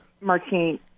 martine